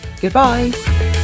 Goodbye